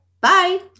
Bye